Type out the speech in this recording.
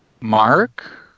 Mark